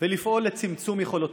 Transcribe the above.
ולפעול לצמצום יכולותיה,